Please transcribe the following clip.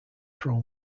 pro